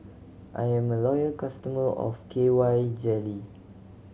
I am a loyal customer of K Y Jelly